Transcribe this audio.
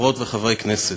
חברות וחברי הכנסת,